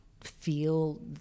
feel